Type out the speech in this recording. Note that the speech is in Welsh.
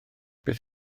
beth